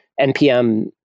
npm